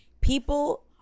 people